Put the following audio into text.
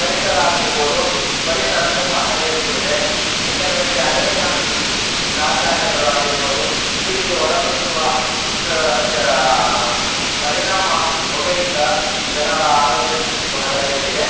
ಪರಿಸರ ಆಗಿರ್ಬೋದು ಪರಿಸರ ತುಂಬ ಹದಗೆಟ್ಟು ಬಿಟ್ಟಿದೆ ಏಕೆಂದರೆ ಇಲ್ಲಿ ಅನೇಕ ಕಾರ್ಖಾನೆಗಳು ಆಗಿರ್ಬೋದು ಈ ರೀತಿಯ ಹೊರ ಸೂಸುವ ಕ ಕೆ ಪರಿಣಾಮ ಹೊಗೆಯಿಂದ ಜನರ ಆರೋಗ್ಯ ಸ್ಥಿತಿಯು ಹದಗೆಟ್ಟಿದೆ